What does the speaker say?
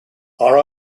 are